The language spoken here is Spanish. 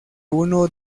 uno